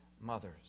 mothers